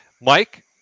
Mike